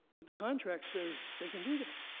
but the contract says they can do that.